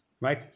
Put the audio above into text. right